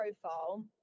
profile